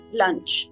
lunch